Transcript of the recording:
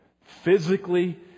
Physically